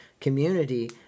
community